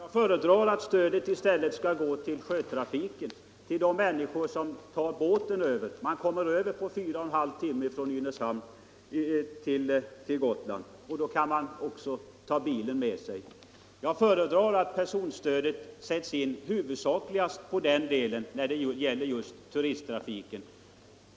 Herr talman! Jag föredrar att stödet i stället skall gå till sjötrafiken, till de människor som tar båt över till Gotland. Man kommer över på fyra och en halv timmar från Nynäshamn till Gotland och då kan man också ha bilen med sig. Jag föredrar att personstödet sätts in huvudsakligast på den delen när det gäller just turisttrafiken.